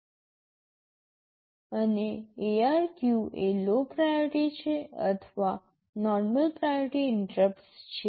અને IRQ એ low priority છે અથવા નોર્મલ પ્રાયોરિટી ઇન્ટરપ્ટસ છે